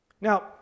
now